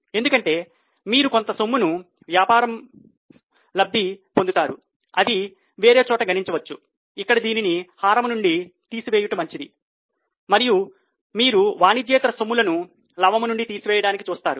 ఎందుకంటే మీరు కొంత సొమ్మును వ్యాపారం లబ్ది పొందుతారు అది వేరే చోట గణించవచ్చు ఇక్కడ దీనిని హారము నుండి తీసివేయుట మంచిది మరియు మీరువాణిజ్యేతర సొమ్మును లవము నుండి తీసివేయడానికి చూస్తారు